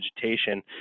vegetation